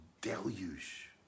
deluge